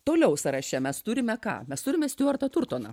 toliau sąraše mes turime ką mes turime stiuartą turtoną